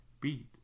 beat